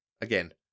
Again